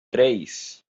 três